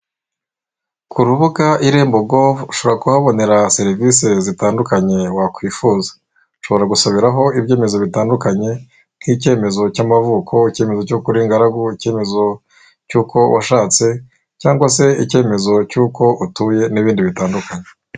Ku rubuga Irembo govu ushobora kuhabonera serivisi zitandukanye wakwifuza, ushobora gusabiraho ibyemezo bitandukanye nk'icyemezo cy'amavuko, icyemezo cy'uko uri ingaragu, icyemezo cy'uko washatse cyangwa se icyemezo cy'uko utuye n'ibindi bitandukanye.